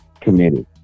committed